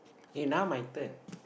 eh now my turn